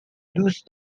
دوست